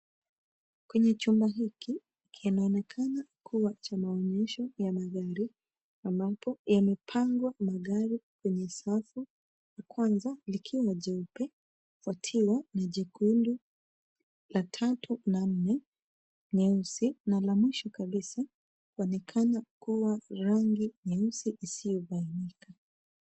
Kwenye chumba hiki, kinaonekana kuwa cha maonyesho ya magari ambapo yamepangwa magari kwenye safu. La kwanza likiwa jeupe, likifuatiwa na jekundu, la tatu rangi nyeusi na la mwisho kabisa linaonekana kuwa rangi nyeusi isiyobainika.